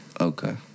Okay